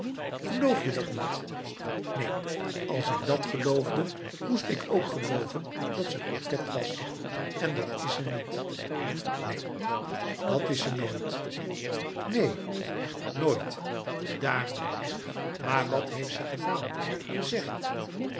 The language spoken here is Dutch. geloof je dat niet neen als ik dat geloofde moest ik ook gelooven dat ze coquet was en dat is ze niet neen dat is ze nooit neen nooit daarom maar wat heeft ze gedaan gezegd